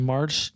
March